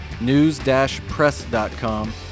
News-Press.com